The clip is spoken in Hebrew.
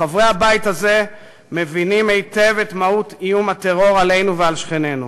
חברי הבית הזה מבינים היטב את מהות איום הטרור עלינו ועל שכנינו.